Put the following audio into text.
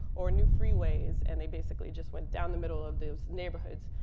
or new freeways. and they basically just went down the middle of those neighborhoods.